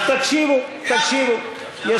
אז תקשיבו, תקשיבו.